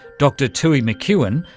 dr tui mckeown,